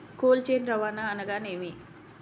Cold chain రవాణా అనగా నేమి?